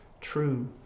true